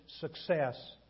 success